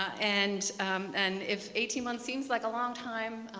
and and if eighteen months seems like a long time,